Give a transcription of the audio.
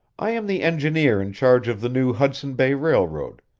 i am the engineer in charge of the new hudson bay railroad,